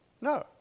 No